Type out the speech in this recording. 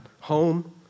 home